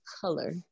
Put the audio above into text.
color